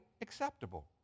acceptable